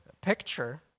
picture